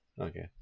Okay